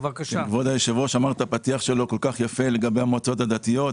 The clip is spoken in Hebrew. כבוד היושב-ראש אמר את הפתיח שלו כל כך יפה לגבי המועצות הדתיות,